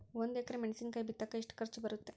ಒಂದು ಎಕರೆ ಮೆಣಸಿನಕಾಯಿ ಬಿತ್ತಾಕ ಎಷ್ಟು ಖರ್ಚು ಬರುತ್ತೆ?